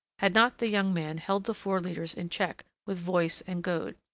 had not the young man held the four leaders in check with voice and goad,